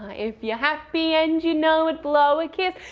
if you're happy and you know it blow a kiss.